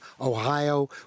Ohio